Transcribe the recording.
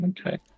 Okay